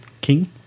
King